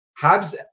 Habs